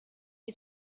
you